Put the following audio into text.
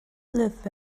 live